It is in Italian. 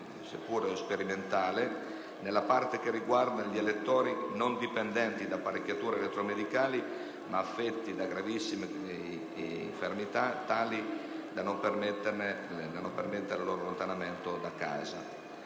seppur sperimentale nella parte che riguarda gli elettori non dipendenti da apparecchiature elettromedicali, ma affetti da gravissime infermità tali da non permetterne l'allontanamento da casa,